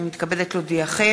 הנני מתכבדת להודיעכם,